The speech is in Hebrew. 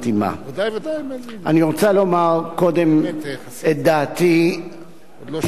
אני רוצה לומר קודם את דעתי האישית.